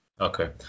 Okay